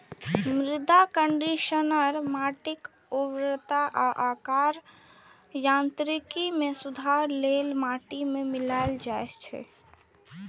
मृदा कंडीशनर माटिक उर्वरता आ ओकर यांत्रिकी मे सुधार लेल माटि मे मिलाएल जाइ छै